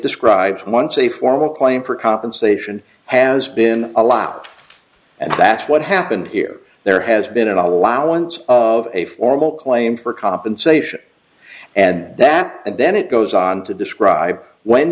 describes once a formal claim for compensation has been allowed and that's what happened here there has been an allowance of a formal claim for compensation and that and then it goes on to describe when